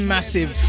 Massive